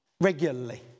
regularly